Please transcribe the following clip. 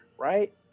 right